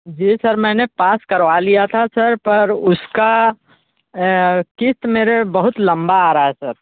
जी sir मैंने pass करवा लिया था सर पर उसका किस्त मेरे बहुत लम्बा आ रहा है सर